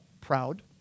Proud